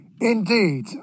Indeed